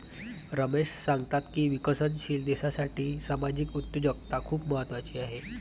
रमेश सांगतात की विकसनशील देशासाठी सामाजिक उद्योजकता खूप महत्त्वाची आहे